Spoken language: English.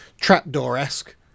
trapdoor-esque